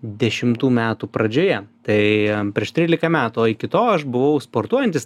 dešimtų metų pradžioje tai prieš trylika metų o iki to aš buvau sportuojantis